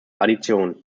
addition